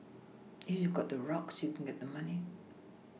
if you've got the rocks you can get the money